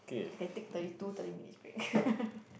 I can take thirty two thirty minutes break